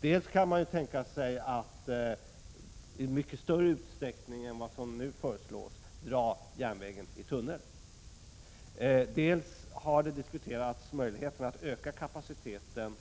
Dels kan man tänka sig att i mycket större utsträckning än vad som nu föreslås dra järnvägen i tunnel, dels har man diskuterat möjligheten att öka kapaciteten